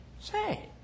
Say